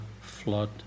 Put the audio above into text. flood